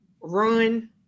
Run